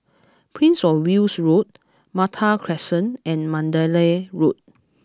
Prince of Wales Road Malta Crescent and Mandalay Road